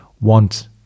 want